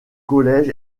collège